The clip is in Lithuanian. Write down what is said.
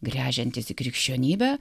gręžiantis į krikščionybę